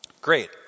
Great